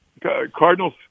Cardinals